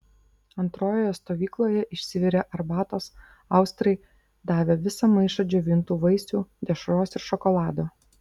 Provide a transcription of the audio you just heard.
antrojoje stovykloje išsivirė arbatos austrai davė visą maišą džiovintų vaisių dešros ir šokolado